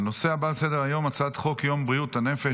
הנושא הבא שעל סדר-היום: הצעת חוק יום בריאות הנפש,